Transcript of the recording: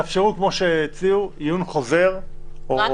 תאפשרו כמו שהציעו: עיון חוזר או -- רק